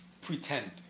pretend